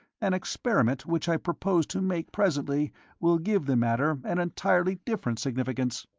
an experiment which i propose to make presently will give the matter an entirely different significance.